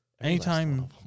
anytime